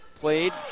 played